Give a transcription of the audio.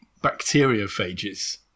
bacteriophages